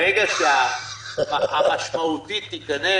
ברגע שהמשמעותית תיכנס,